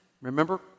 Remember